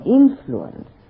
influence